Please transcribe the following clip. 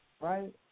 right